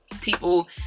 people